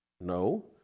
No